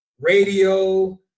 radio